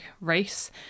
race